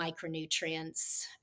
micronutrients